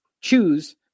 choose